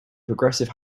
progressive